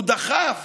הוא דחף